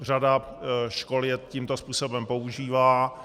Řada škol je tímto způsobem používá.